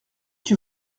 que